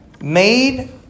made